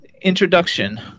introduction